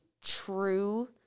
true